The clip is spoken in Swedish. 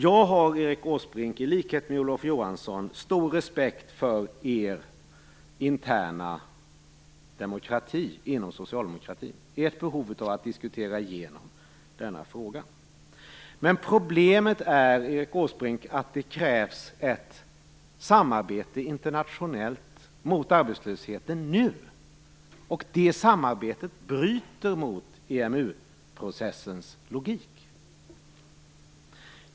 Jag har, Erik Åsbrink, i likhet med Olof Johansson stor respekt för er interna demokrati inom socialdemokratin och ert behov av att diskutera igenom denna fråga. Men problemet är att det krävs ett samarbete internationellt mot arbetslösheten nu, och det samarbetet bryter mot EMU-processens logik.